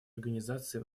организации